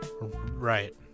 Right